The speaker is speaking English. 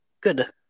good